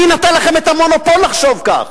מי נתן לכם את המונופול לחשוב כך?